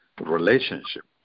relationship